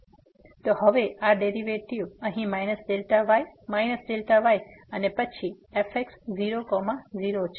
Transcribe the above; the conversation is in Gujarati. તો હવે આ ડેરીવેટીવ અહીં Δy Δy અને પછી fx00 છે